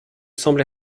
semble